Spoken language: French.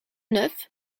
neuf